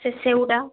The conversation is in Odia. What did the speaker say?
ସେ ସେଉଟା